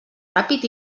ràpid